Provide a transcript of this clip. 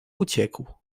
uciekł